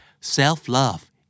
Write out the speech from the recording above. Self-love